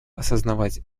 осознавать